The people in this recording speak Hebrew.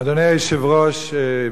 אדוני היושב-ראש,